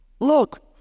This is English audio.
look